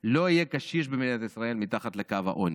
לא יהיה קשיש בישראל מתחת לקו העוני.